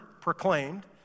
proclaimed